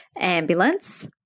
ambulance